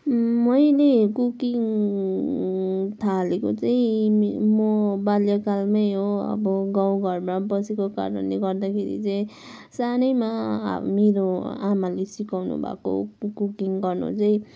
मैले कुकिङ थालेको चाहिँ म बाल्यकालमै हो अब गाउँ घरमा बसेको कारणले गर्दाखेरि चाहिँ सानैमा मेरो आमाले सिकाउनु भएको हो कु कुकिङ गर्नु चाहिँ